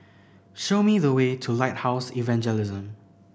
show me the way to Lighthouse Evangelism